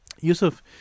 Yusuf